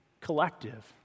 collective